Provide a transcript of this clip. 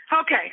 Okay